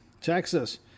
Texas